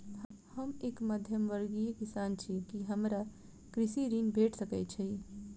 हम एक मध्यमवर्गीय किसान छी, की हमरा कृषि ऋण भेट सकय छई?